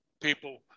people